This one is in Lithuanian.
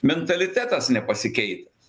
mentalitetas nepasikeitęs